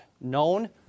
known